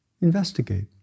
Investigate